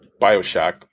Bioshock